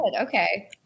Okay